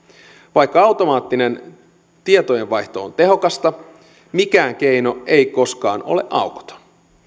vaikka automaattinen tietojenvaihto on tehokasta mikään keino ei koskaan ole aukoton